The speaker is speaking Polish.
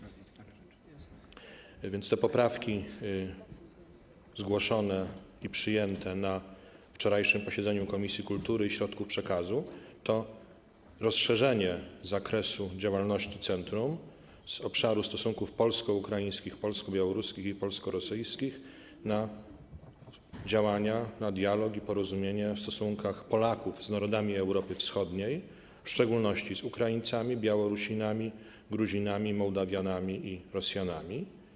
A więc te poprawki zgłoszone i przyjęte na wczorajszym posiedzeniu Komisji Kultury i Środków Przekazu dotyczą rozszerzenia zakresu działalności centrum z obszaru stosunków polsko-ukraińskich, polsko-białoruskich i polsko-rosyjskich na działania, dialog i porozumienie w stosunkach Polaków z narodami Europy Wschodniej, w szczególności z Ukraińcami, Białorusinami, Gruzinami, Mołdawianami i Rosjanami.